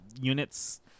units